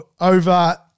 over